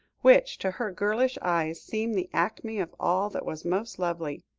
which to her girlish eyes seemed the acme of all that was most lovely.